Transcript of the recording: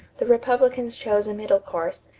the republicans chose a middle course,